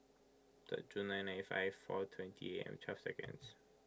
third June nineteen ninety five four twenty A M twelve seconds